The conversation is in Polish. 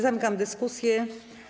Zamykam dyskusję.